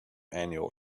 annual